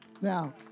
Now